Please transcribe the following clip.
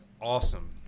awesome